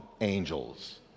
angels